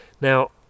now